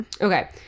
Okay